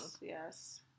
Yes